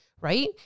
right